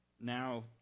Now